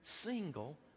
single